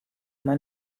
man